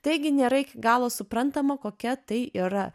taigi nėra iki galo suprantama kokia tai yra